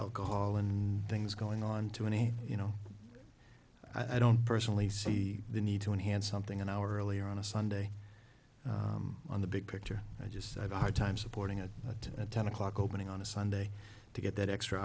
alcohol and things going on too many you know i don't personally see the need to enhance something an hour earlier on a sunday on the big picture i just said hard times supporting it but at ten o'clock opening on a sunday to get that extra